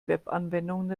webanwendung